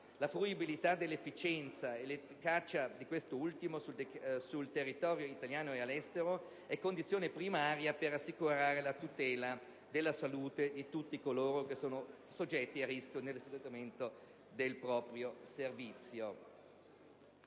La fruibilità dell'efficienza e l'efficacia di quest'ultima sul territorio italiano e all'estero è condizione primaria per assicurare la tutela della salute di tutti coloro che sono soggetti a rischio nell'espletamento del proprio servizio.